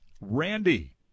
Randy